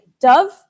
Dove